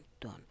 done